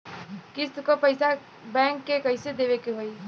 किस्त क पैसा बैंक के कइसे देवे के होई?